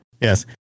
Yes